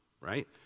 right